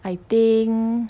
I think